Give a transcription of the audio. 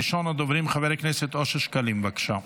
ראשון הדוברים, חבר הכנסת אושר שקלים, בבקשה,